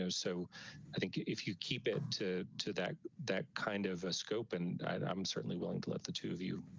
you know so i think if you keep it to to that that kind of a scope and i'm certainly willing to let the two of you,